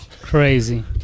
Crazy